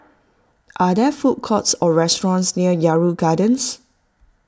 are there food courts or restaurants near Yarrow Gardens